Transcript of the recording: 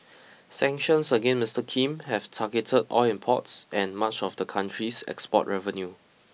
sanctions against Mister Kim have targeted oil imports and much of the country's export revenue